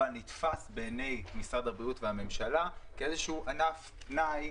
אבל נתפס בעיני משרד הבריאות והממשלה כאיזשהו ענף פנאי,